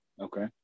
Okay